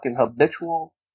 habitual